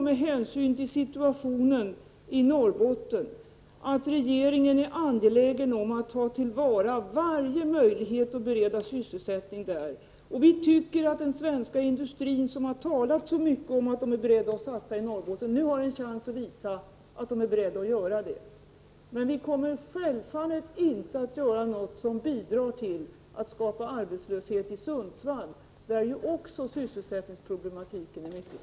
Med hänsyn till situationen i Norrbotten är regeringen naturligtvis angelägen om att ta till vara varje möjlighet att bereda sysselsättning där. Vi tycker att den svenska industrin, som har talat så mycket om att den är beredd att satsa i Norrbotten, nu har en chans att visa att den är det. Men jag vill upprepa att vi självfallet inte kommer att göra någonting som bidrar till att skapa arbetslöshet i Sundsvall, där ju sysselsättningsproblemen också är mycket stora.